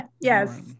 Yes